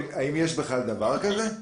האם יש בכלל דבר כזה?